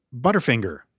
Butterfinger